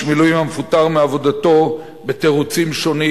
מילואים המפוטר מעבודתו בתירוצים שונים,